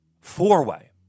Four-way